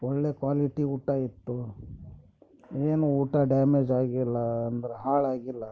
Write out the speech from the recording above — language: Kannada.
ಒಳ್ಳೆಯ ಕ್ವಾಲಿಟಿ ಊಟ ಇತ್ತು ಏನು ಊಟ ಡ್ಯಾಮೇಜ್ ಆಗಿಲ್ಲ ಅಂದ್ರೆ ಹಾಳಾಗಿಲ್ಲ